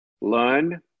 learn